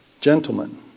Gentlemen